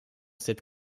cette